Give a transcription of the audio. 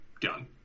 done